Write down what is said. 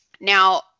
Now